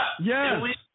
Yes